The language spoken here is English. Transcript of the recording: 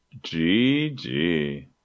GG